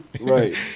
Right